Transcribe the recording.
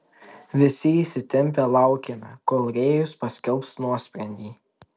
visi įsitempę laukėme kol rėjus paskelbs nuosprendį